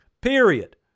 Period